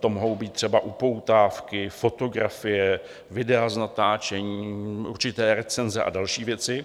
To mohou být třeba upoutávky, fotografie, videa z natáčení, určité recenze a další věci,